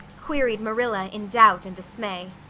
queried marilla in doubt and dismay.